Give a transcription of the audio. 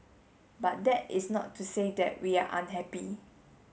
but that is not to say that we are unhappy